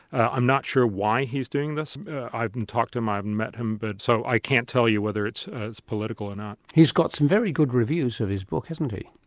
i'm not sure why he's doing this. i haven't talked to him, i haven't met him, but so i can't tell you whether it's political or not. he's got some very good reviews of his book, hasn't he.